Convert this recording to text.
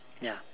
ya